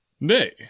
Nay